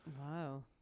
Wow